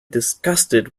disgusted